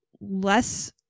less